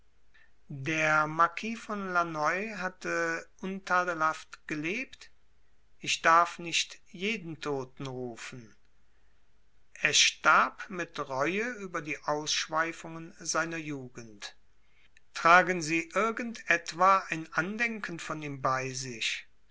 der marquis von lanoy hatte untadelhaft gelebt ich darf nicht jeden toten rufen er starb mit reue über die ausschweifungen seiner jugend tragen sie irgend etwa ein andenken von ihm bei sich